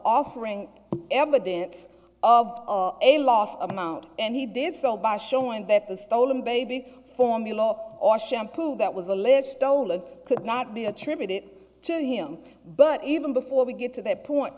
offering evidence of a lost amount and he did so by showing that the stolen baby formula or shampoo that was a little stolen could not be attributed to him but even before we get to that point